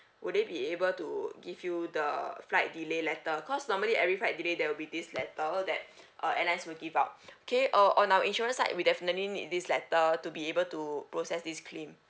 would they be able to give you the flight delay letter cause normally every flight delay there will be this letter that uh airlines will give out okay uh on our insurance side we definitely need this letter to be able to process this claim